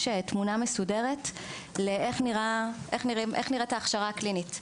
תמונה מסודרת איך נראית ההכשרה הקלינית.